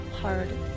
hard